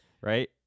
right